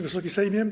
Wysoki Sejmie!